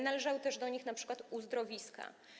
Należały do nich np. uzdrowiska.